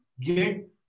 get